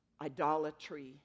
idolatry